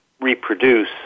reproduce